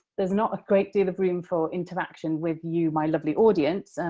there's not a great deal of room for interaction with you, my lovely audience,